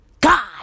God